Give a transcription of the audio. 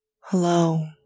Hello